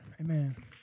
Amen